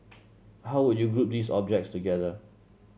how would you group these objects together